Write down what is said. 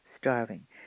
starving